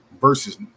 versus